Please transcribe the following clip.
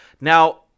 Now